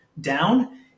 down